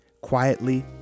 Quietly